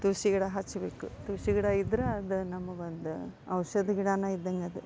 ತುಳಸಿ ಗಿಡ ಹಚ್ಚಬೇಕು ತುಳಸಿ ಗಿಡ ಇದ್ರೆ ಅದು ನಮಗೊಂದು ಔಷಧಿ ಗಿಡನ ಇದ್ದಂಗದು